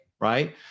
right